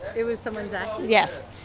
it was someone's ashes? yes.